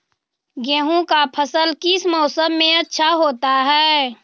गेंहू का फसल किस मौसम में अच्छा होता है?